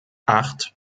acht